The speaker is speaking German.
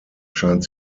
scheint